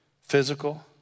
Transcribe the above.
Physical